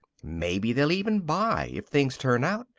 maybe they'll even buy, if things turn out.